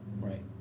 Right